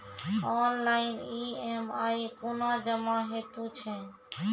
Online EMI कूना जमा हेतु छै?